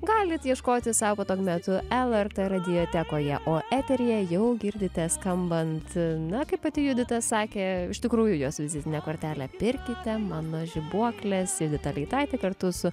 galit ieškoti sau patogiu metu lrt radijo tekoje o eteryje jau girdite skambant na kaip pati judita sakė iš tikrųjų jos vizitine kortele pirkite mano žibuokles judita leitaitė kartu su